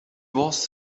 was